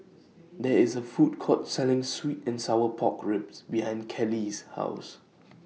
There IS A Food Court Selling Sweet and Sour Pork Ribs behind Kellee's House